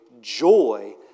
joy